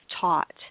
taught